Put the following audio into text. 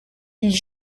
ils